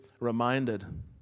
reminded